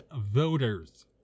voters